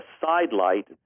sidelight